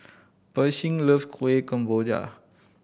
Pershing loves Kueh Kemboja